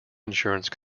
insurance